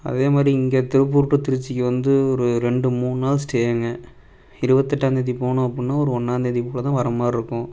அதே மாதிரி இங்கே திருப்பூர் டு திருச்சிக்கு வந்து ஒரு ரெண்டு மூணு நாள் ஸ்டேங்க இருபத்தெட்டாந்தேதி போனோம் அப்புடின்னா ஒரு ஒன்றாந்தேதி போல் தான் வர்ற மாரிருக்கும்